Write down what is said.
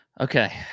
okay